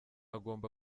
agomba